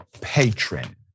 Patron